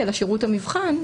אלא שירות המבחן,